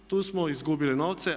Tu smo izgubili novce.